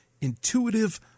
intuitive